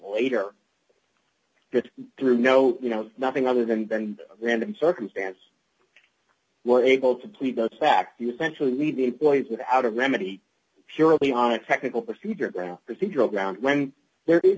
later through no you know nothing other than than a random circumstance we're able to plead the fact you sent a lead to employees without a remedy purely on a technical procedure procedural grounds when there is